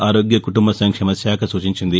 ఆరోగ్య కుటుంబ సంక్షేమ శాఖ సూచించింది